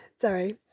sorry